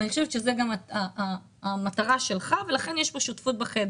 אני חושבת שזאת המטרה שלך ולכן יש בחדר שותפות.